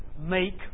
make